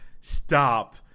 stop